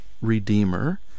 redeemer